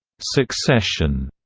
succession,